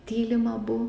tylime abu